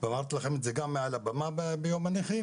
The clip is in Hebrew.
ואמרתי לכם את זה גם מעל במת הכנסת ביום הנכים